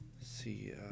See